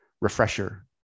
Refresher